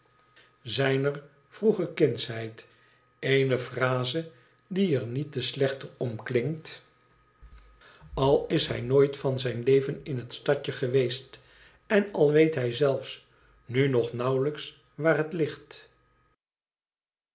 zijner vroege kindsheid eenephrase die er niet te slechter om klinkt al is hij nooit van zijn leven in het stadje geweest en al weet hij zelfs nu nog nauwelijks waar het ligt